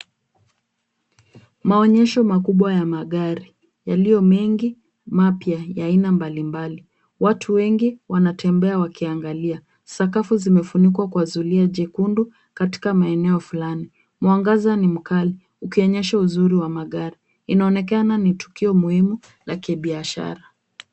Maonyesho makubwa ya magari yaliyo mengi mapya ya aina mbalimbali. Watu wengi wanatembea wakiangalia, sakafu zimefunikwa kwa zulia jekundu katika maeneo fulani. Mwangaza ni mkali ukionyesha uzuri wa magari, inaonekana ni tukio muhimu la kibiashara.